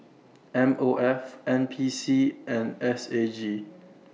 M O F N P C and S A G